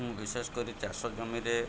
ମୁଁ ବିଶେଷ କରି ଚାଷ ଜମିରେ